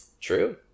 true